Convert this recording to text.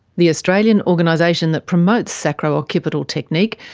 the australian organisation that promotes sacro occipital technique,